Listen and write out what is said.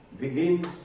begins